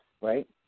right